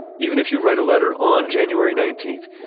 even if you write a letter on january nineteenth,